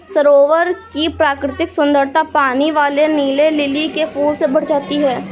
सरोवर की प्राकृतिक सुंदरता पानी वाले नीले लिली के फूल से बढ़ जाती है